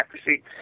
accuracy